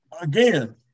again